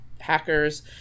hackers